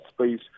space